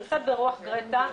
קצת ברוח גרטה,